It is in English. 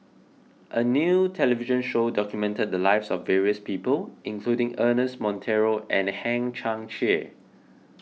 a new television show document the lives of various people including Ernest Monteiro and Hang Chang Chieh